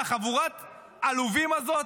על חבורת העלובים הזאת,